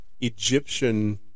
Egyptian